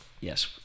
yes